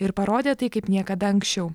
ir parodė tai kaip niekada anksčiau